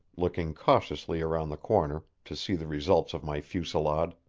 looking cautiously around the corner to see the results of my fusillade.